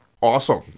Awesome